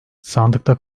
sandıkta